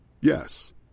Yes